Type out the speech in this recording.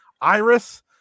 Iris